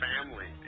family